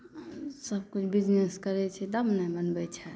सब कोइ बिजनेस करै छै तब ने बनबै छै